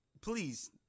please